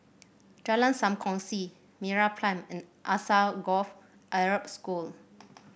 Jalan Sam Kongsi MeraPrime and Alsagoff Arab School